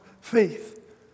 faith